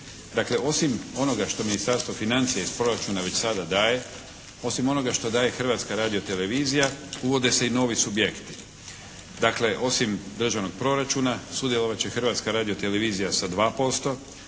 Dakle, osim onoga što Ministarstvo financija iz proračuna već sada daje, osim onoga što daje Hrvatska radiotelevizija uvode se i novi subjekti. Dakle, osim državnog proračuna sudjelovat će Hrvatska radiotelevizija sa 2%